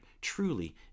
truly